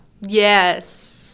Yes